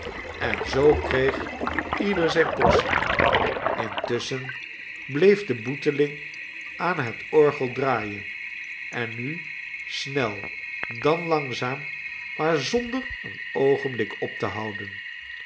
en zoo kreeg ieder zijne portie intusschen bleef de boeteling aan het orgel draaien en nu snel dan langzaam maar zonder een oogenblik op te houden